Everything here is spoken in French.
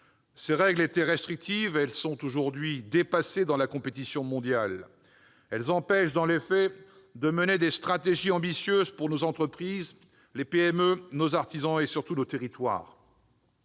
Ces règles étaient restrictives, elles sont aujourd'hui dépassées dans la compétition mondiale. Elles empêchent, dans les faits, de mener des stratégies ambitieuses pour nos entreprises, les PME, nos artisans et, surtout, nos territoires.